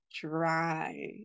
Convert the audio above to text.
dry